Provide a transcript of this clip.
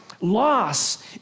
loss